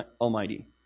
Almighty